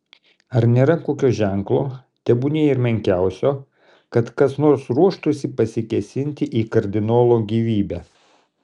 ar nėra kokio ženklo tebūnie ir menkiausio kad kas nors ruoštųsi pasikėsinti į kardinolo gyvybę